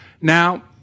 Now